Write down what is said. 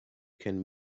can